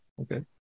Okay